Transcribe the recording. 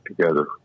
together